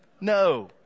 No